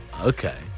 Okay